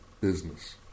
business